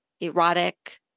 erotic